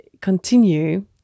continue